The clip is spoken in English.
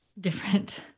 different